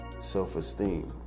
self-esteem